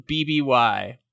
BBY